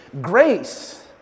grace